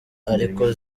ariko